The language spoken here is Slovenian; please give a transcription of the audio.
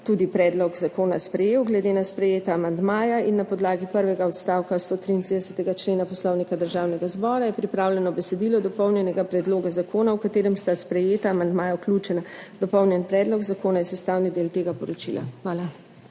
tudi predlog zakona sprejel. Glede na sprejeta amandmaja in na podlagi prvega odstavka 133. člena Poslovnika Državnega zbora je pripravljeno besedilo dopolnjenega predloga zakona, v katerem sta sprejeta amandmaja vključena. Dopolnjeni predlog zakona je sestavni del tega poročila. Hvala.